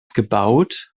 gebaut